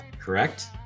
Correct